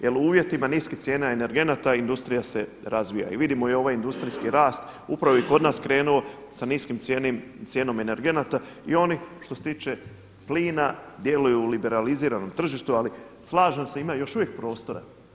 Jel u uvjetima niskih cijena energenata industrija se razvija i vidimo i ovaj industrijski rast upravo je i kod nas krenuo sa niskim cijenom energenata i oni što se tiče plina djeluju liberalizirano na tržištu, ali slažem se ima još uvijek prostora.